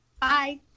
Bye